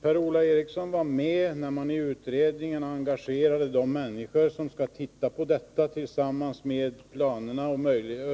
Per-Ola Eriksson var med när man i utredningen engagerade de människor som skall se till detta tillsammans med planerna och